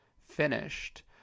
finished